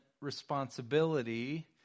responsibility